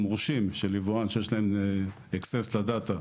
של יבואן שיש לו access לדאטה,